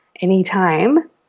Anytime